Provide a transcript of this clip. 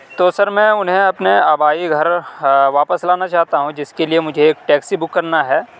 تو سر میں انہیں اپنے آبائی گھر واپس لانا چاہتا ہوں جس کے لیے مجھے ایک ٹیکسی بک کرنا ہے